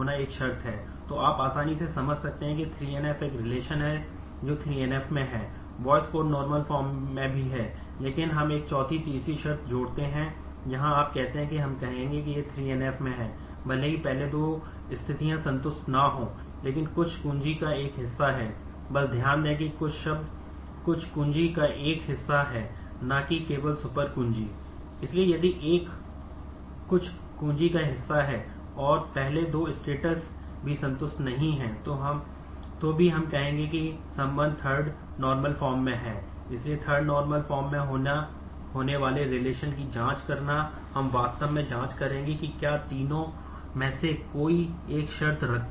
इसलिए यदि A कुछ कुंजी की जांच करना हम वास्तव में जाँच करेंगे कि क्या तीनों में से कोई एक शर्त रखती है